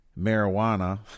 marijuana